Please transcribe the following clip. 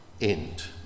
end